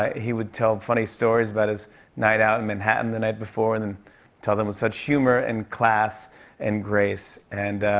he would tell funny stories about his night out in manhattan the night before and and tell them with such humor and class and grace. and,